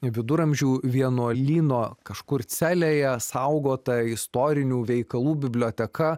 viduramžių vienuolyno kažkur celėje saugotą istorinių veikalų biblioteka